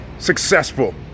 successful